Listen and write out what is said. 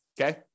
okay